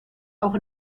auch